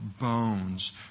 bones